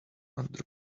under